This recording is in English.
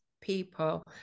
people